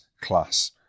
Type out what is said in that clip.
class